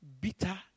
bitter